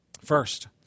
First